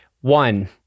One